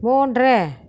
மூன்று